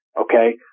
okay